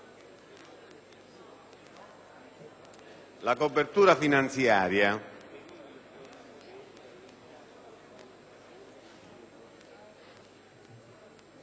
la copertura finanziaria